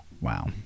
Wow